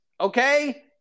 okay